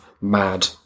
mad